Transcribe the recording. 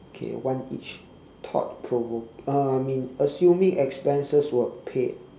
K one each thought provoke uh I mean assuming expenses were paid